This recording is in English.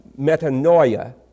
Metanoia